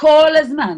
כל הזמן.